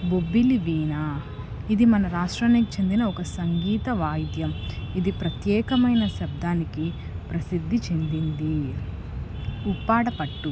బొబ్బిలి వీణా ఇది మన రాష్ట్రానికి చెందిన ఒక సంగీత వాయిద్యం ఇది ప్రత్యేకమైన శబ్దానికి ప్రసిద్ధి చెందింది ఉప్పాడ పట్టు